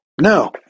No